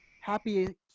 happy